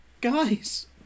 guys